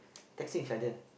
texting each other